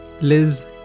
Liz